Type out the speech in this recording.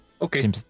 Okay